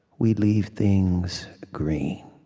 we leave things green.